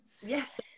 Yes